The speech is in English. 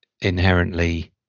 inherently